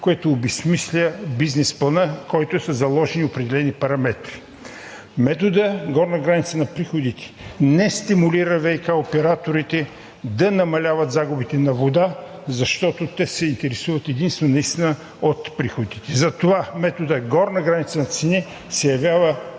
което обезсмисля бизнес плана, който е със заложени определени параметри. Методът „горна граница на приходите“ не стимулира ВиК операторите да намаляват загубите на вода, защото те се интересуват единствено наистина от приходите. Затова методът „горна граница на цени“ се явява